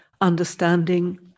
understanding